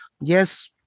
yes